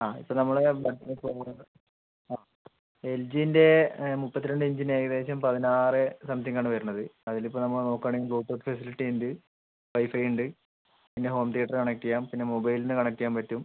ആ ഇപ്പം നമ്മള ബഡ്ജറ്റ് ആ എൽജീൻ്റ മുപ്പത്തിരണ്ട് ഇഞ്ചിൻ്റ ഏകദേശം പതിനാറെ സംതിംഗ് ആണ് വരണത് അതിൽ ഇപ്പം നമ്മള് നോക്കാണെ ബ്ലുടൂത്ത് ഫെസിലിറ്റി ഉണ്ട് വൈഫൈ ഉണ്ട് പിന്ന ഹോം തീയേറ്റർ കണക്ട് ചെയ്യാം പിന്ന മൊബൈലിൽ നിന്ന് കണക്ട് ചെയ്യാൻ പറ്റും